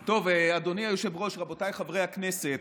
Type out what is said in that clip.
טוב, אדוני היושב-ראש, רבותיי חברי הכנסת,